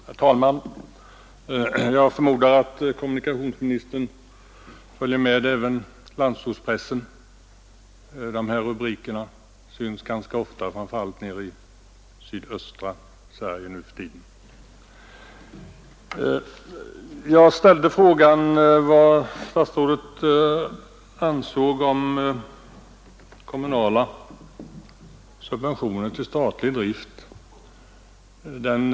Herr talman! Jag förmodar att kommunikationsministern följer med även landsortspressen. Rubriker om problem av det här slaget som på bilden ovanför oss syns ganska ofta, framför allt nere i sydöstra Sverige, nu för tiden. Jag frågade vad statsrådet ansåg om kommunala subventioner för uppehållande av statlig busstrafik i glesbygden.